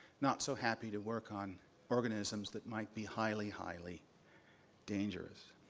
not so happy to work on organisms that might be highly, highly dangerous.